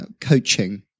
coaching